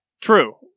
True